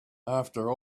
after